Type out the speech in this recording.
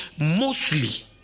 mostly